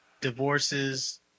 divorces